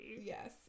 Yes